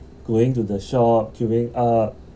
going to the shop queueing up